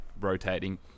rotating